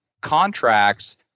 contracts